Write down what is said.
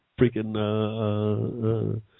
freaking